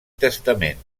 testament